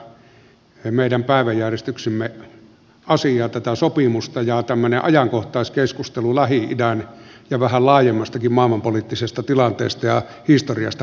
lähestytään tätä meidän päiväjärjestyksemme asiaa tätä sopimusta ja tämmöinen ajankohtaiskeskustelu lähi idän ja vähän laajemmastakin maailmanpoliittisesta tilanteesta ja historiasta päättyy nyt tähän